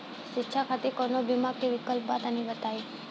शिक्षा खातिर कौनो बीमा क विक्लप बा तनि बताई?